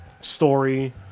story